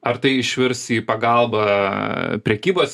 ar tai išvirs į pagalbą prekybos